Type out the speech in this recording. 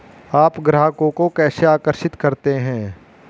आप ग्राहकों को कैसे आकर्षित करते हैं?